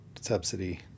subsidy